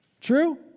True